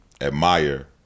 admire